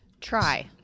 Try